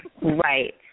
Right